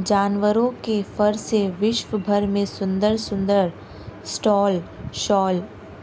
जानवरों के फर से विश्व भर में सुंदर सुंदर स्टॉल शॉल